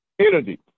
energy